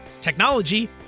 technology